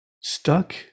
stuck